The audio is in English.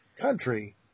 country